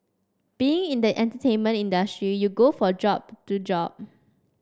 being in the entertainment industry you go for job to job